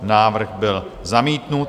Návrh byl zamítnut.